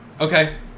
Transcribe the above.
Okay